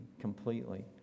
completely